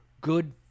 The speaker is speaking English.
good